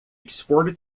exported